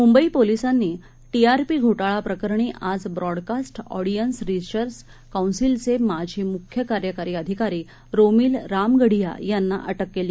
मुंबई पोलिसांनी T R P घोटाळा प्रकरणी आज ब्रॉडकास्ट ऑडियन्स रिसर्च कौन्सिलचे माजी म्ख्य कार्यकारी अधिकारी रोमिल रामगढिया यांना अटक केली